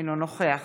אינו נוכח